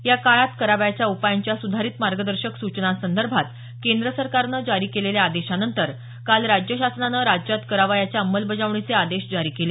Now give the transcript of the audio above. या काळात करावयाच्या उपायांच्या सुधारित मार्गदर्शक सूचनांसंदर्भात केंद्र सरकारनं जारी केलेल्या आदेशानंतर काल राज्य शासनानं राज्यात करावयाच्या अंमलबजावणीचे आदेश जारी केले